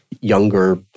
younger